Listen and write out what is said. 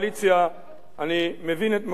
אי-אפשר להפריע לשר, דייקתי.